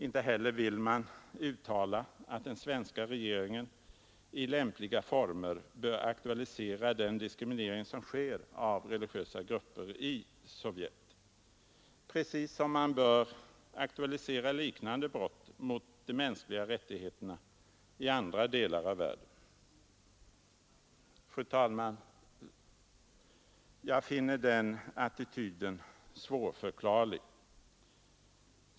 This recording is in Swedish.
Inte heller vill man uttala att den svenska regeringen i lämpliga former bör aktualisera den diskriminering som sker av religiösa grupper i Sovjetunionen — precis som man bör aktualisera liknande brott mot de mänskliga rättigheterna i andra delar av världen. Fru talman! Jag finner denna attityd svårförklarlig.